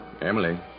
Emily